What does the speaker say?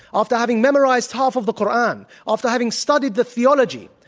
after having memorized half of the koran, after having studied the theology,